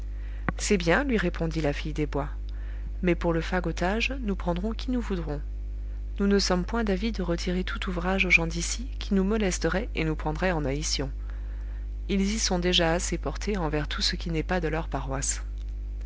c'est bien lui répondit la fille des bois mais pour le fagotage nous prendrons qui nous voudrons nous ne sommes point d'avis de retirer tout ouvrage aux gens d'ici qui nous molesteraient et nous prendraient en haïtion ils y sont déjà assez portés envers tout ce qui n'est pas de leur paroisse